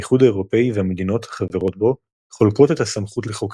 האיחוד האירופי והמדינות החברות בו חולקות את הסמכות לחוקק.